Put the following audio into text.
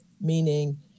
meaning